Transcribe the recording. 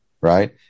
Right